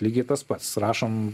lygiai tas pats rašom